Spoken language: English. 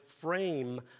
frame